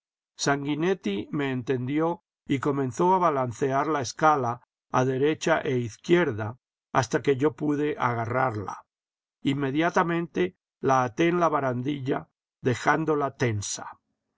sanguinetti me entendió y comenzó a balancear la escala a derecha e izquierda hasta que yo pude agarrarla inmediatamente la até en la barandilla dejándola tensa